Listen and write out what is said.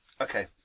Okay